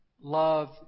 Love